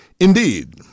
Indeed